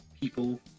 people